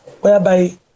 whereby